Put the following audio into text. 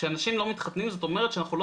כשאנשים לא מתחתנים זאת אומרת שאנחנו לא